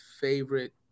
favorite